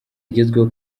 zigezweho